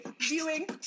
viewing